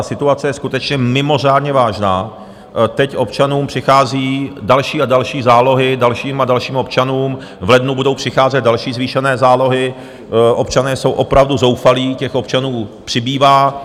Situace je skutečně mimořádně vážná, teď občanům přichází další a další zálohy, dalším a dalším občanům v lednu budou přicházet další zvýšené zálohy, občané jsou opravdu zoufalí, těch občanů přibývá.